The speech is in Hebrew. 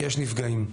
יש נפגעים.